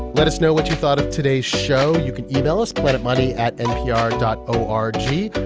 let us know what you thought of today's show. you can email us planetmoney at npr dot o r g.